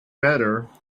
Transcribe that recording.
better